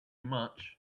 much